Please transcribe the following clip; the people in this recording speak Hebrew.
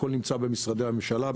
הכול נמצא במשרדי הממשלה.